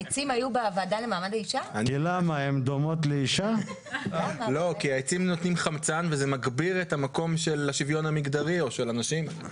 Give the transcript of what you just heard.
העצים נותנים חמצן וזה מגביר את המקום של השוויון המגדרי או של הנשים.